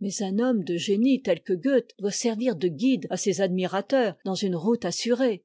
mais un homme de génie tel que goethe doit servir de guide à ses admirateurs dans une route assurée